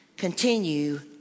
Continue